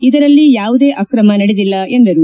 ಇದರಲ್ಲಿ ಯಾವುದೇ ಅಕ್ರಮ ನಡೆದಿಲ್ಲ ಎಂದರು